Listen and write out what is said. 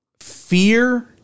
fear